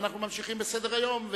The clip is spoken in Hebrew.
אנחנו ממשיכים בסדר-היום,